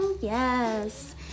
Yes